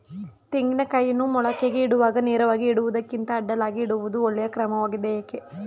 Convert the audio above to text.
ತೆಂಗಿನ ಕಾಯಿಯನ್ನು ಮೊಳಕೆಗೆ ಇಡುವಾಗ ನೇರವಾಗಿ ಇಡುವುದಕ್ಕಿಂತ ಅಡ್ಡಲಾಗಿ ಇಡುವುದು ಒಳ್ಳೆಯ ಕ್ರಮವಾಗಿದೆ ಏಕೆ?